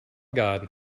god